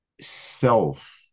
self